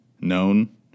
known